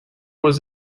was